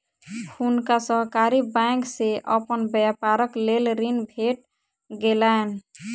हुनका सहकारी बैंक से अपन व्यापारक लेल ऋण भेट गेलैन